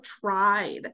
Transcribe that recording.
tried